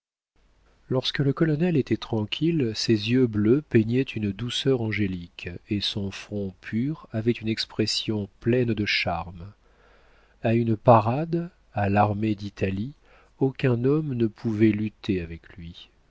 lorsque le colonel était tranquille ses yeux bleus peignaient une douceur angélique et son front pur avait une expression pleine de charme a une parade à l'armée d'italie aucun homme ne pouvait lutter avec lui